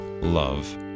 love